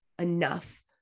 enough